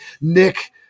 Nick